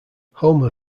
homer